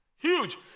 Huge